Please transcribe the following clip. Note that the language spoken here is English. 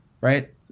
right